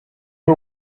ari